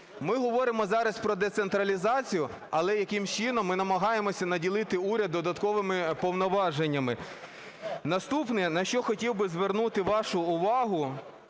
Ми говоримо зараз про децентралізацію, але якимсь чином ми намагаємося наділити уряд додатковими повноваженнями. Наступне, на що хотів би звернути вашу увагу,